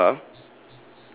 it's a red car